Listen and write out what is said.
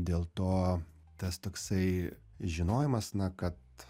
dėl to tas toksai žinojimas na kad